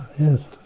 Yes